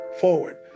forward